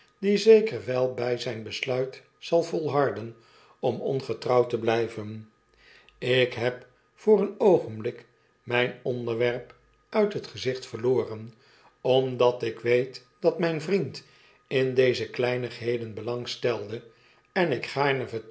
die zeker wel by zijn besluit zal volharden om ongetrouwd te blyven ik heb voor een oogenblik myn onderwerp uit het gezicht verloren omdat ik weet dat myn vriend in deze kleinigheden belang stelde en ik